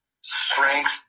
strength